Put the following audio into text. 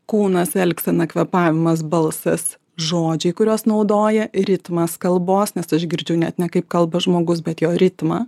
kūnas elgsena kvėpavimas balsas žodžiai kuriuos naudoja ritmas kalbos nes aš girdžiu net ne kaip kalba žmogus bet jo ritmą